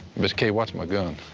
miss kay, watch my gun.